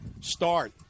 start